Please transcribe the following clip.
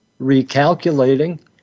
recalculating